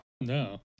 No